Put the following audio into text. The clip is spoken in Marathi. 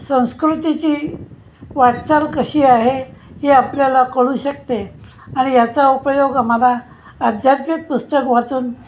संस्कृतीची वाटचाल कशी आहे हे आपल्याला कळू शकते आणि याचा उपयोग आम्हाला अध्यात्मिक पुस्तक वाचून